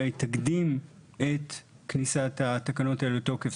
היא תקדים את כניסת התקנות האלו לתוקף.